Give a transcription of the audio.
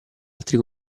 altri